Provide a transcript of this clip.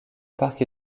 parc